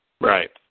Right